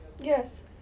Yes